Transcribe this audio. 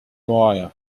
wire